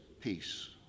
peace